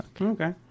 Okay